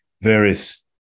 various